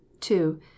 two